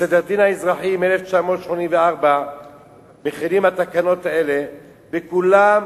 בסדר-הדין האזרחי מ-1984 התקנות האלה חלות,